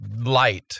light